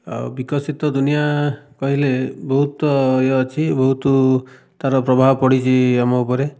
ଆଉ ବିକଶିତ ଦୁନିଆଁ କହିଲେ ବହୁତ ଇଏ ଅଛି ବହୁତ ତାର ପ୍ରଭାବ ପଡ଼ିଛି ଆମ ଉପରେ